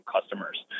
customers